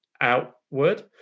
outward